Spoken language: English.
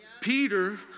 Peter